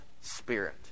spirit